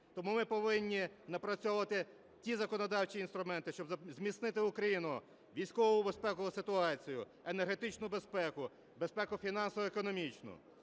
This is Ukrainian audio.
Тому ми повинні напрацьовувати ті законодавчі інструменти, щоб зміцнити Україну, військову безпекову ситуацію, енергетичну безпеку, безпеку фінансово-економічну.